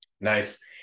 Nice